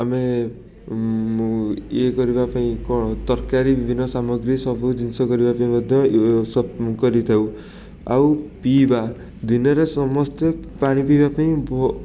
ଆମେ ମୁଁ ଇଏ କରିବାପାଇଁ କ'ଣ ତରକାରୀ ବିଭିନ୍ନ ସାମଗ୍ରୀ ସବୁ ଜିନିଷ କରିବାପାଇଁ ମଧ୍ୟ ଇଏ ସବୁ କରିଥାଉ ଆଉ ପିଇବା ଦିନରେ ସମସ୍ତେ ପାଣି ପିଇବାପାଇଁ ବୋ